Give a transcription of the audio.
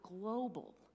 global